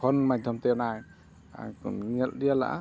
phone ᱢᱟᱫᱽᱫᱷᱚᱢᱛᱮ ᱚᱱᱟ ᱧᱮᱞ ᱤᱭᱟᱹ ᱞᱮᱜᱼᱟ